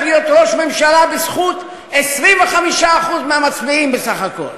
להיות ראש ממשלה בזכות 25% מהמצביעים בסך הכול.